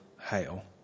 hail